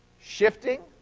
shifting,